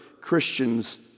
Christians